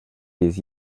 des